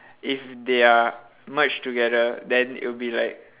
if they are merged together then it will be like